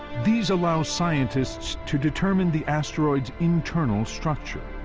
these allow scientists to determine the asteroid's internal structure.